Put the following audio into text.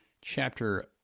chapter